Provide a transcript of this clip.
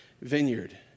vineyard